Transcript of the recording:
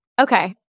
Okay